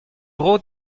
dro